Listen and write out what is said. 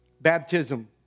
baptism